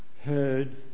heard